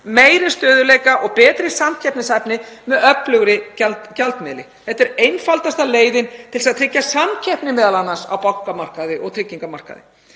meiri stöðugleika og betri samkeppnishæfni með öflugri gjaldmiðli. Þetta er einfaldasta leiðin til að tryggja samkeppni, m.a. á bankamarkaði og tryggingamarkaði.